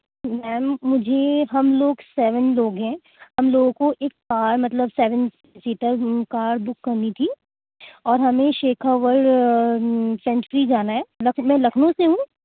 میم مجھے ہم لوگ سیون لوگ ہیں ہم لوگوں کو ایک کار مطلب سیون سیٹر کار بک کرنی تھی اور ہمیں شیخاور جانا ہے میں لکھنؤ سے ہوں